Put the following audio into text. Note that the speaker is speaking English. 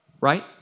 right